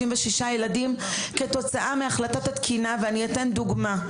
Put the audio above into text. ילדים כתוצאה מהחלטת התקינה ואני אתן דוגמה.